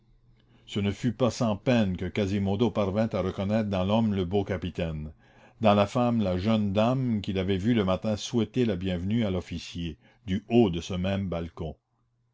ce ne fut pas sans peine que quasimodo parvint à reconnaître dans l'homme le beau capitaine dans la femme la jeune dame qu'il avait vue le matin souhaiter la bienvenue à l'officier du haut de ce même balcon